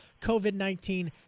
COVID-19